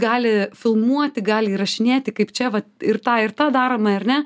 gali filmuoti gali įrašinėti kaip čia va ir tą ir tą darome ar ne